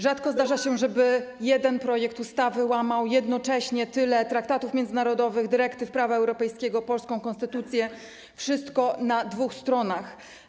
Rzadko zdarza się, żeby jeden projekt ustawy łamał jednocześnie tyle traktatów międzynarodowych, dyrektyw prawa europejskiego, polską konstytucję - wszystko na dwóch stronach.